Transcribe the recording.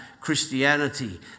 Christianity